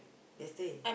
yesterday